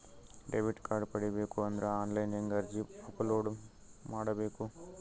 Debit card ಪಡಿಬೇಕು ಅಂದ್ರ online ಹೆಂಗ್ ಅರ್ಜಿ ಅಪಲೊಡ ಮಾಡಬೇಕು?